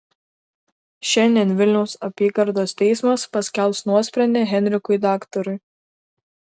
šiandien vilniaus apygardos teismas paskelbs nuosprendį henrikui daktarui